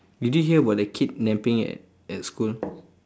did you hear about the kidnapping at at school